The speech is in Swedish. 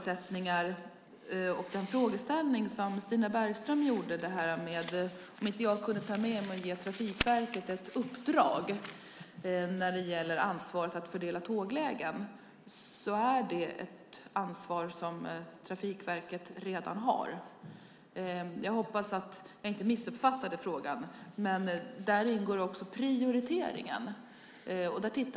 Stina Bergström ställde frågan om jag inte kunde ge Trafikverket ett uppdrag när det gällde ansvaret att fördela tåglägen. Det är ett ansvar som Trafikverket redan har. Jag hoppas att jag inte missuppfattade frågan. I uppdraget ingår också prioritering.